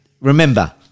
remember